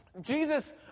Jesus